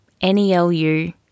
N-E-L-U